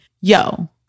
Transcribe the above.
yo